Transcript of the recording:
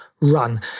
run